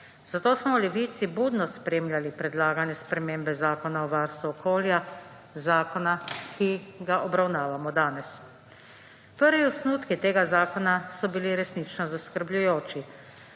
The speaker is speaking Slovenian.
Zato smo v Levici budno spremljali predlagane spremembe Zakona o varstvu okolja; zakona, ki ga obravnavamo danes. Prvi osnutki tega zakona so bili resnično zaskrbljujoči.